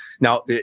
now